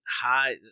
high